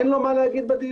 אין לו מה לומר בדיון?